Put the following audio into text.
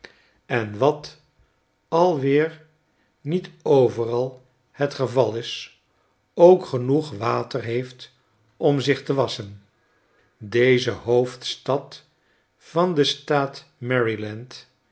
en wat alweer niet overal het geval is ook genoeg water heeft om zich te wasschen deze hoofdstad van den